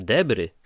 Debry